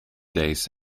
days